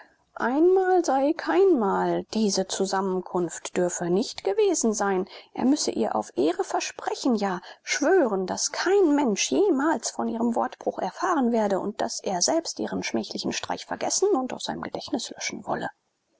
einmal sei keinmal diese zusammenkunft dürfe nicht gewesen sein er müsse ihr auf ehre versprechen ja schwören daß kein mensch jemals von ihrem wortbruch erfahren werde und daß er selbst ihren schmählichen streich vergessen und aus seinem gedächtnis löschen wolle